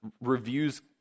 reviews